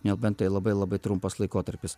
nebent tai labai labai trumpas laikotarpis